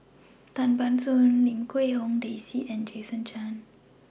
Tan Ban Soon Lim Quee Hong Daisy and Jason Chan